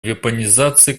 вепонизации